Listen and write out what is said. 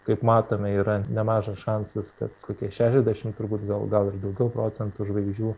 kaip matome yra nemažas šansas kad kokie šešiasdešimt turbūt gal gal ir daugiau procentų žvaigždžių